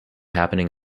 happening